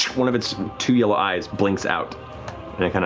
one of its two yellow eyes blinks out and it